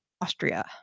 Austria